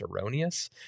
erroneous